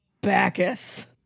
Bacchus